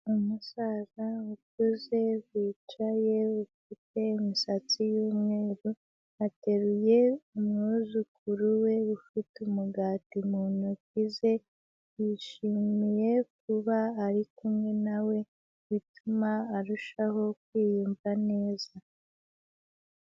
Umusaza ukuze wicaye ufite imisatsi y'umweru, ateruye umwuzukuru we, ufite umugati mu ntoki ze, yishimiye kuba ari kumwe na we, bituma arushaho kwiyumva neza.